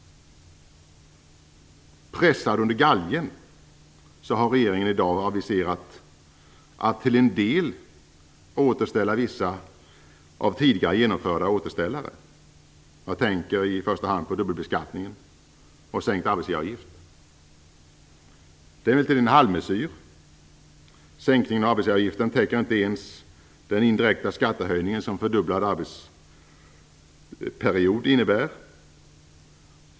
Pressad under galgen har regeringen i dag aviserat att till en del återställa vissa av tidigare genomförda återställare. Jag tänker i första hand på dubbelbeskattningen och sänkt arbetsgivaravgift. Det är litet av en halvmesyr. Sänkningen av arbetsgivaravgiften täcker inte ens den indirekta skattehöjning som fördubblad arbetsperiod innebär.